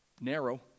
narrow